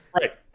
Right